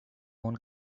own